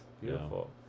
beautiful